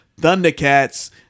Thundercats